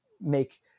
make